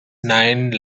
nine